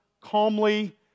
calmly